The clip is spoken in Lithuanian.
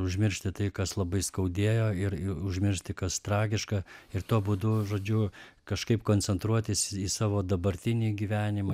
užmiršti tai kas labai skaudėjo ir ir užmiršti kas tragiška ir tuo būdu žodžiu kažkaip koncentruotis į savo dabartinį gyvenimą